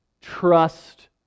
Trust